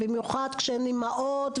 ובמיוחד כשהן אימהות,